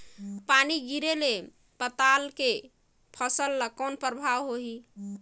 पानी गिरे ले पताल के फसल ल कौन प्रभाव होही?